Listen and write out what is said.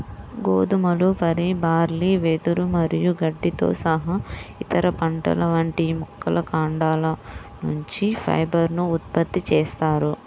గోధుమలు, వరి, బార్లీ, వెదురు మరియు గడ్డితో సహా ఇతర పంటల వంటి మొక్కల కాండాల నుంచి ఫైబర్ ను ఉత్పత్తి చేస్తారు